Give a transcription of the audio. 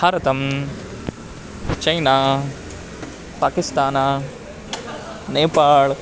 भारतं चैना पाकिस्तान् नेपाल्